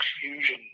fusion